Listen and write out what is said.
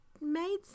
made